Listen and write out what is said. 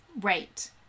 Right